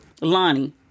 Lonnie